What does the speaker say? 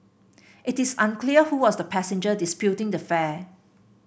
it is unclear who was the passenger disputing the fare